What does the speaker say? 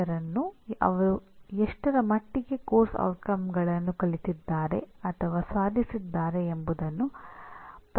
ಮತ್ತು ಅದನ್ನು ವ್ಯಾಖ್ಯಾನಿಸಿದ ನಂತರ ಆ ಪರಿಣಾಮಗಳ ಸಾಧನೆಗೆ ಕಾರಣವಾಗುವ ಎಲ್ಲಾ ಪ್ರಕ್ರಿಯೆಗಳು ಉತ್ಪನ್ನಗಳನ್ನು ವ್ಯಾಖ್ಯಾನಿಸುವ ಪರಿಣಾಮವಾಗಿ ಬರುತ್ತದೆ